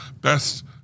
Best